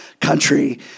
country